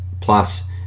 plus